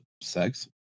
sex